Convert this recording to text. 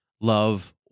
love